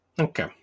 Okay